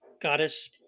goddess